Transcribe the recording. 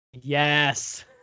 Yes